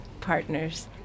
partners